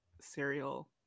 cereal